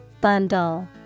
Bundle